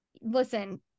Listen